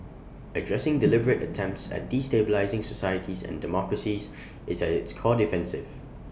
addressing deliberate attempts at destabilising societies and democracies is at its core defensive